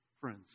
friends